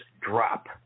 drop